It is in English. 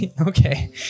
okay